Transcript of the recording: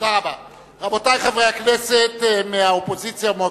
רבותי חברי הכנסת מהאופוזיציה ומהקואליציה.